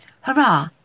Hurrah